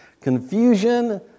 confusion